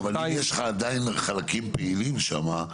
אבל יש לך עדיין חלקים פעילים שם.